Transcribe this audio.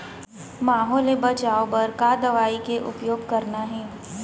माहो ले बचाओ बर का दवई के उपयोग करना हे?